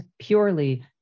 purely